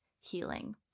healing